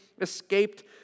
escaped